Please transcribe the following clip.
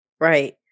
Right